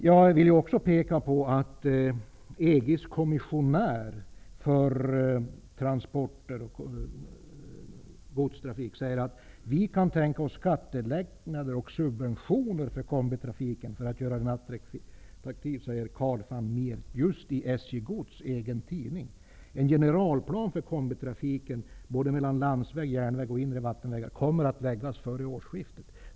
Jag vill också peka på att EG:s kommissionär för transporter och godstrafik, Karel van Miert, säger: Vi kan tänka oss skattelättnader och subventioner för kombitrafiken för att göra den attraktiv. Detta säger han just i SJ Gods egen tidning. En generalplan för kombitrafiken på landsväg, järnväg och inre vattenvägar kommer att läggas fram före årsskiftet.